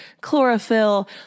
chlorophyll